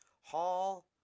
Hall